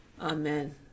Amen